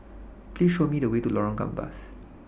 Please Show Me The Way to Lorong Gambas